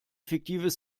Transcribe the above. fiktives